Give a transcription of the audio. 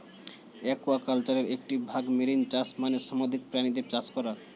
অ্যাকুয়াকালচারের একটি ভাগ মেরিন চাষ মানে সামুদ্রিক প্রাণীদের চাষ করা